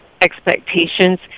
expectations